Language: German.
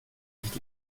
nicht